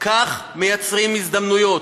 כך מייצרים הזדמנויות,